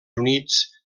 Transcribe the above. units